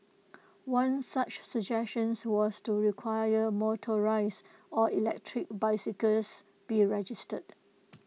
one such suggestion was to require motorised or electric bicycles be registered